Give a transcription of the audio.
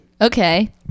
okay